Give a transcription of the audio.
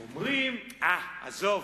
אז אומרים: עזוב,